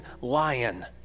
lion